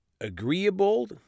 agreeable